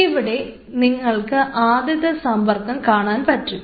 ഇവിടെ നിങ്ങൾക്ക് ആദ്യത്തെ സമ്പർക്കം കാണാൻ പറ്റും